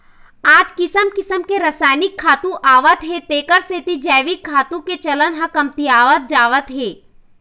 आज किसम किसम के रसायनिक खातू आवत हे तेखर सेती जइविक खातू के चलन ह कमतियावत जावत हे